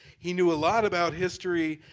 he knew a lot about history.